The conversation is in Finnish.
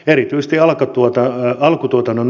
erityisesti alkutuotannon osuus